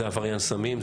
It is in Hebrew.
זה עבריין סמים,